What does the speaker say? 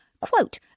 quote